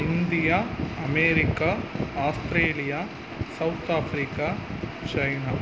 India America Australia South Africa China